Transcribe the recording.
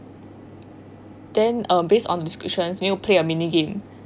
then um based on the descriptions you need to play a mini game